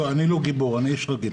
לא, אני לא גיבור, אני איש רגיל.